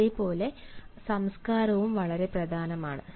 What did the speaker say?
അതെ പോലെ സംസ്കാരവും വളരെ പ്രധാനമാണ്